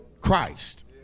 Christ